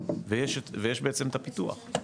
את הפיתוח,